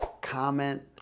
comment